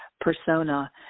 persona